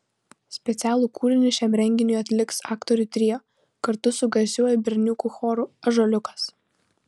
specialų kūrinį šiam renginiui atliks aktorių trio kartu su garsiuoju berniukų choru ąžuoliukas